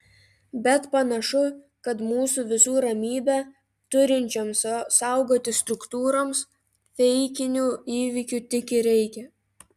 bet panašu kad mūsų visų ramybę turinčioms saugoti struktūroms feikinių įvykių tik ir reikia